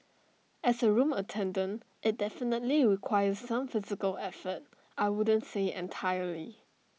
as A room attendant IT definitely requires some physical effort I wouldn't say entirely